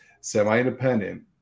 semi-independent